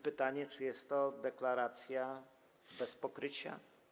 Pytanie, czy jest to deklaracja bez pokrycia.